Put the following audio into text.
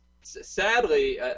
sadly